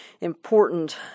important